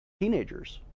Teenagers